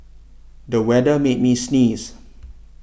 the weather made me sneeze